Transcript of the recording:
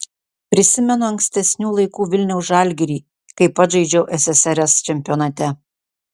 prisimenu ankstesnių laikų vilniaus žalgirį kai pats žaidžiau ssrs čempionate